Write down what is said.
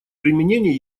применений